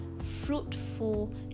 fruitful